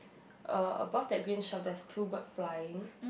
uh above that green shop there's two bird flying